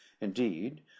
Indeed